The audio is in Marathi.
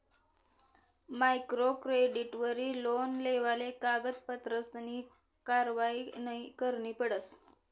मायक्रो क्रेडिटवरी लोन लेवाले कागदपत्रसनी कारवायी नयी करणी पडस